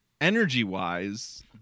energy-wise